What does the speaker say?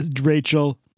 Rachel